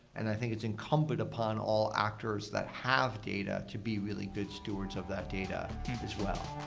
and i think it's incumbent upon all actors that have data to be really good stewards of that data.